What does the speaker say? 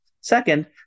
Second